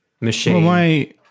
machine